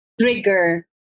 trigger